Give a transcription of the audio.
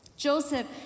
Joseph